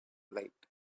light